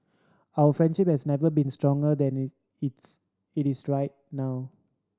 our friendship has never been stronger than it it's it is right now